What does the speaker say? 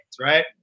right